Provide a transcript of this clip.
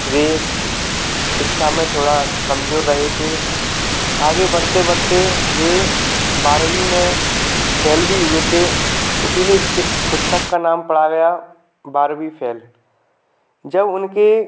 वे शिक्षा में थोड़ा कमजोर रहे थे आगे बढ़ते बढ़ते वे बारहवी में फ़ेल भी हुए थे इसीलिए इस पुस्तक का नाम पड़ गया बारहवी फ़ेल जब उनकी